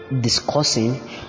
discussing